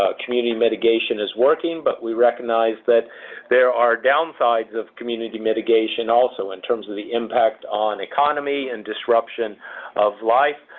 ah community mitigation is working, but we recognize that there are downsides of community mitigation also in terms of the impact on economy and disruption of life.